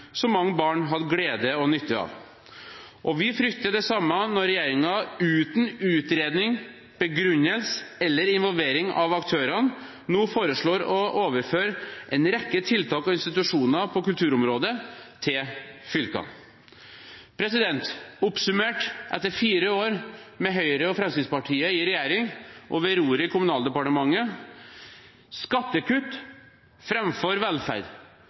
som mange barn hadde glede og nytte av. Vi frykter det samme når regjeringen uten utredning, begrunnelse eller involvering av aktørene nå foreslår å overføre en rekke tiltak og institusjoner på kulturområdet til fylkene. Oppsummert etter fire år med Høyre og Fremskrittspartiet i regjering og ved roret i Kommunaldepartementet: skattekutt framfor velferd.